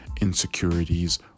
insecurities